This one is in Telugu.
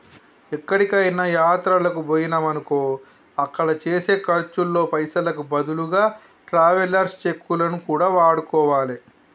ఎక్కడికైనా యాత్రలకు బొయ్యినమనుకో అక్కడ చేసే ఖర్చుల్లో పైసలకు బదులుగా ట్రావెలర్స్ చెక్కులను కూడా వాడుకోవాలే